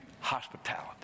hospitality